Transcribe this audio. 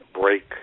break